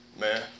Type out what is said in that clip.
man